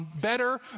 better